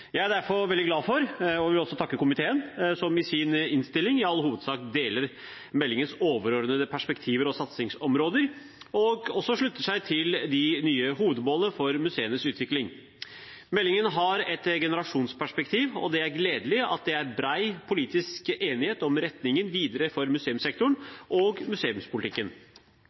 Jeg er derfor veldig glad for og vil også takke komiteen for at de i sin innstilling i all hovedsak deler meldingens overordnede perspektiver og satsingsområder, og også slutter seg til de nye hovedmålene for museenes utvikling. Meldingen har et generasjonsperspektiv, og det er gledelig at det er bred politisk enighet om retningen videre for museumssektoren og museumspolitikken.